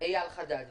אייל חדד.